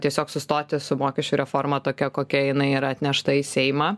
tiesiog sustoti su mokesčių reforma tokia kokia jinai yra atnešta į seimą